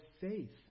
faith